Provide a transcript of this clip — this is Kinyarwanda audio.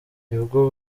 nibwo